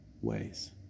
ways